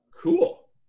Cool